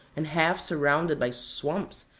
and half surrounded by swamps,